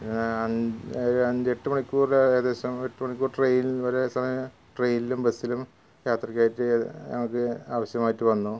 ഒരഞ്ച് എട്ട് മണിക്കൂറിൽ ഏകദേശം എട്ട് മണിക്കൂർ ട്രെയിനിൽ ഒരേ സമയം ട്രെയിലും ബസ്സിലും യാത്രയ്ക്കായിട്ട് ഞങ്ങൾക്ക് ആവശ്യമായിട്ട് വന്നു